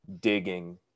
digging